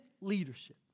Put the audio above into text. leadership